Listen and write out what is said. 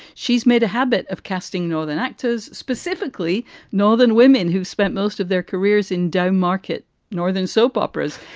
she's made a habit of casting northern actors, specifically northern women who've spent most of their careers in downmarket northern soap operas,